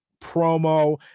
promo